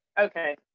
Okay